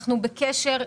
אנחנו בקשר,